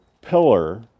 pillar